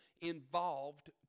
involved